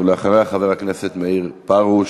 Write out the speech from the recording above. אחריה, חבר הכנסת מאיר פרוש,